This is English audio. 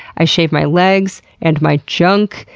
i shave my legs and my junk.